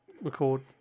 Record